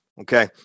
Okay